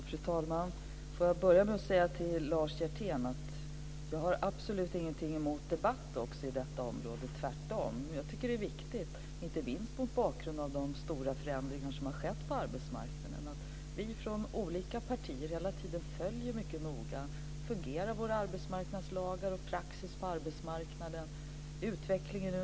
Fru talman! Låt mig börja med att säga till Lars Hjertén att jag absolut inte har någonting emot debatt också på detta område, tvärtom. Jag tycker att det är viktigt, inte minst mot bakgrund av de stora förändringar som har skett på arbetsmarknaden, att vi från olika partier hela tiden mycket noga följer om våra arbetsmarknadslagar och praxis på arbetsmarknaden fungerar.